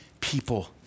people